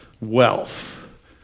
wealth